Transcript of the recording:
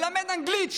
מלמד אנגלית,